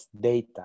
data